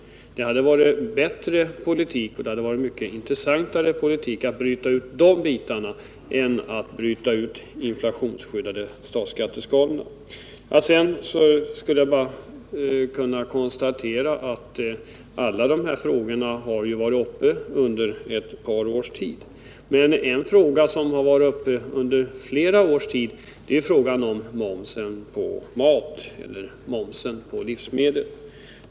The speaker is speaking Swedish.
Det hade varit en riktigare politik att bryta ut de bitarna än att bryta ut inflationsskyddade statsskatteskalor. Alla de här frågorna har varit uppe under ett par års tid. Detsamma gäller frågan om momsen på mat eller momsen på livsmedel.